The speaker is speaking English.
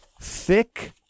thick